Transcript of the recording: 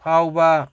ꯐꯥꯎꯕ